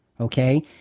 okay